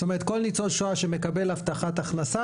זאת אומרת כל ניצול שואה שמקבל הבטחת הכנסה,